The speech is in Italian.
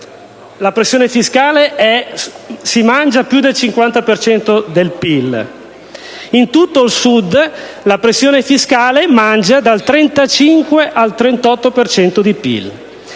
la pressione fiscale si mangia più del 50 per cento del PIL. In tutto il Sud la pressione fiscale si mangia dal 35 al 38 per